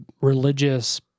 religious